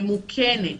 ממוכנת,